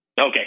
okay